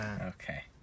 okay